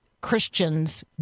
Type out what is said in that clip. Christians